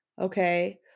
Okay